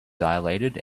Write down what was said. dilated